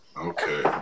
Okay